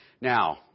Now